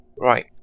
right